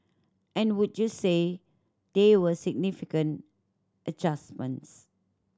and would you say they were significant adjustments